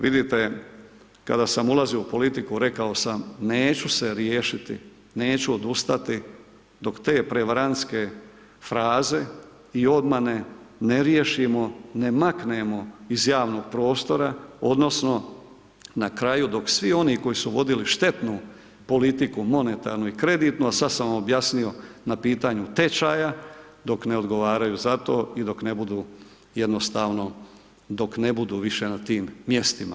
Vidite kada sam ulazio u politiku rekao sam neću se riješiti, neću odustati dok te prevarantske fraze i obmane ne riješimo, ne maknemo iz javnog prostora odnosno na kraju dok svi oni koji su vodili štetnu politiku monetarnu i kreditno, sad sam objasnio na pitanju tečaja dok ne odgovaraju za to i dok ne budu jednostavno, dok ne budu više na tim mjestima.